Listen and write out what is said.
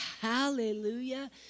Hallelujah